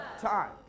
time